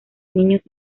niños